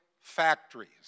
factories